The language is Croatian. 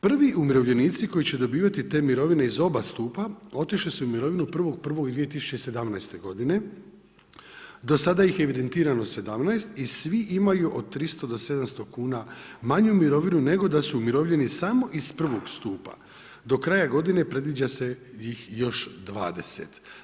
Prvi umirovljenici koji će dobivati te mirovine iz oba stupa otišli su u mirovinu 1.1.2017. godine, do sada ih je evidentirano 17 i svi imaju od 300 do 700 kuna manju mirovinu nego da su umirovljeni samo iz prvog stupa, do kraja godine predviđa ih se još 20.